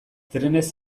trenez